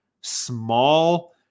small